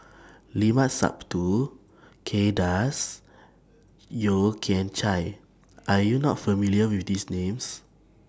Limat Sabtu Kay Das Yeo Kian Chye Are YOU not familiar with These Names